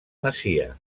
masia